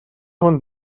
хүн